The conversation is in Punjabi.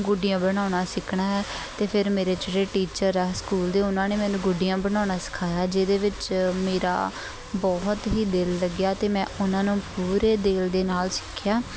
ਗੁੱਡੀਆਂ ਬਣਾਉਣਾ ਸਿੱਖਣਾ ਹੈ ਅਤੇ ਫਿਰ ਮੇਰੇ ਜਿਹੜੇ ਟੀਚਰ ਆ ਸਕੂਲ ਦੇ ਉਹਨਾਂ ਨੇ ਮੈਨੂੰ ਗੁੱਡੀਆਂ ਬਣਾਉਣਾ ਸਿਖਾਇਆ ਜਿਹਦੇ ਵਿੱਚ ਮੇਰਾ ਬਹੁਤ ਹੀ ਦਿਲ ਲੱਗਿਆ ਅਤੇ ਮੈਂ ਉਹਨਾਂ ਨੂੰ ਪੂਰੇ ਦਿਲ ਦੇ ਨਾਲ ਸਿੱਖਿਆ